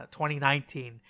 2019